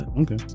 okay